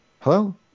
Hello